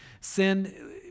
Sin